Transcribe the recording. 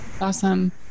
awesome